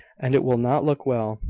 and it will not look well.